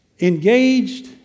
engaged